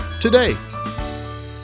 today